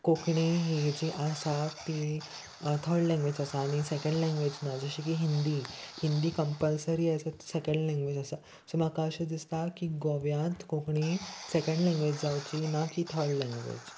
कोंकणी ही जी आसा ती थर्ड लँग्वेज आसा आनी सेकेंड लँग्वेज ना जशें की Hindi Hindi compulsory as second language आसा सो म्हाका अशें दिसता की गोव्यांत कोंकणी सेकेंड लँग्वेज जावची ना की थर्ड लँग्वेज